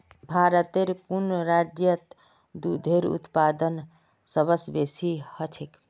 भारतेर कुन राज्यत दूधेर उत्पादन सबस बेसी ह छेक